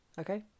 Okay